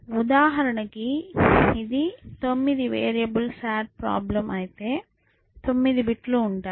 ఉదాహరణకు ఇది 9 variables SAT problem అయితే 9 బిట్ లు ఉంటాయి